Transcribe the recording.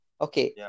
Okay